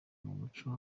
umuco